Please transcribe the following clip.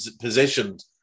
positioned